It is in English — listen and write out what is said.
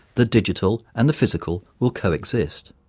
the digital and the physical will co-exist.